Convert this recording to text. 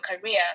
career